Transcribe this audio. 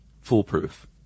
foolproof